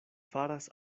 faras